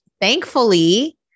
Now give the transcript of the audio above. thankfully